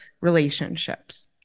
relationships